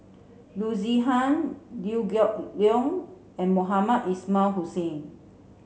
Loo Zihan Liew Geok Leong and Mohamed Ismail Hussain